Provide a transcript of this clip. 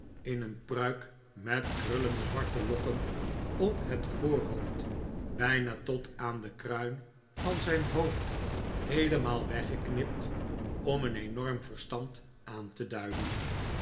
in een pruik met krullende zwarte lokken op het voorhoofd bijna tot aan de kruin van zijn hoofd heelemaal weggeknipt om een enorm verstand aan te duiden